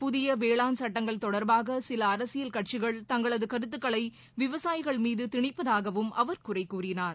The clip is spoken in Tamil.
புதிய வேளாண் சுட்டங்கள் தொடர்பாகசில அரசியல் கட்சிகள் தங்களது கருத்துக்களை விவசாயிகள் மீது திணிப்பதாகவும் அவர் குறை கூறினார்